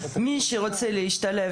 ראוי שהרף יהיה